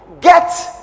get